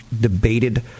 debated